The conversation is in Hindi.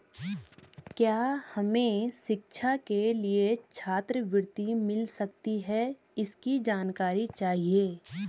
क्या हमें शिक्षा के लिए छात्रवृत्ति मिल सकती है इसकी जानकारी चाहिए?